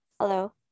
Hello